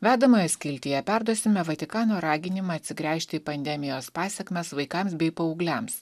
vedamoje skiltyje perduosime vatikano raginimą atsigręžti į pandemijos pasekmes vaikams bei paaugliams